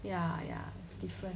ya ya it's different